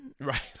Right